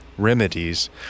remedies